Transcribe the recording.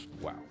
wow